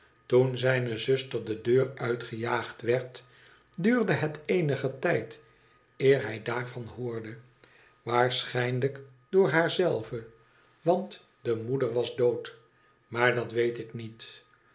toen zijne zuster de deur uitgejaagd werd duurde het eenigen tijd eer hij daarvan hoorde waarschijnlijk door haar zelve want de moeder was dood maar dat weet ik niet